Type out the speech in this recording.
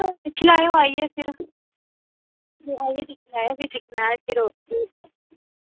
तुस दिक्खी लेएओ आइये फिर आइयै दिक्खी लैएओ फिर दिक्खना ऐ फिर